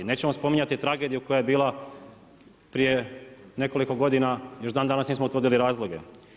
Nećemo spominjati tragediju koja je bila prije nekoliko godina, još dandanas nismo utvrdili razloge.